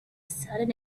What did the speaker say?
sudden